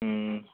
ହୁଁ